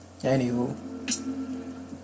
anywho